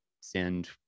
send